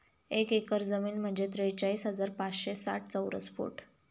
एक एकर जमीन म्हणजे त्रेचाळीस हजार पाचशे साठ चौरस फूट